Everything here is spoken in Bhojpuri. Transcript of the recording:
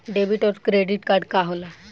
डेबिट और क्रेडिट कार्ड का होला?